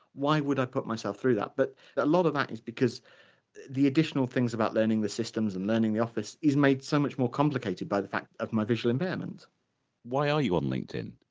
why would i put myself through that. but a lot of that is because the additional things about learning the systems and learning the office is made so much more complicated by the fact of my visual impairment why are you on linkedin?